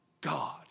God